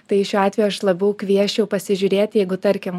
tai šiuo atveju aš labiau kviesčiau pasižiūrėti jeigu tarkim